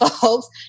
folks